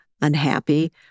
unhappy